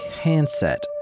handset